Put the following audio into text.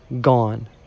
gone